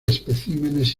especímenes